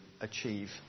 achieve